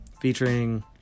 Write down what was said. Featuring